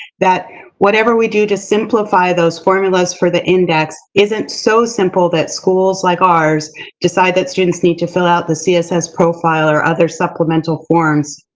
that whatever we do to simplify those formulas for the index isn't so simple that schools like ours decide that students need to fill out the css profile or other supplemental forms,